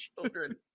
children